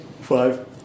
five